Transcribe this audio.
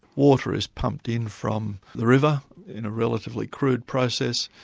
water is pumped in from the river in a relatively crude process,